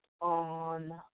on